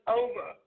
over